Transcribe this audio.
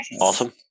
Awesome